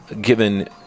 given